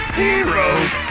heroes